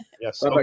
Yes